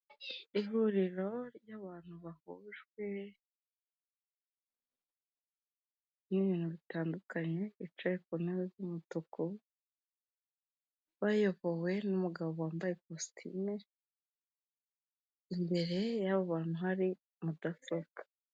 Ihuriro ry'abantu bahujwe, n'ibintu bitandukanye, bicaye ku ntebe z'umutuku, bayobowe n'umugabo wambaye kositime, imbere y'abo bantu hari mudasobwa.